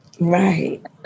Right